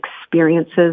experiences